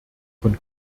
von